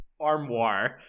armoire